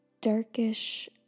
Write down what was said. darkish